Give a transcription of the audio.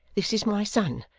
this is my son,